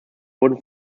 wurden